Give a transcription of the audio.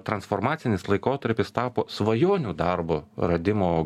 transformacinis laikotarpis tapo svajonių darbo radimo